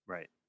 Right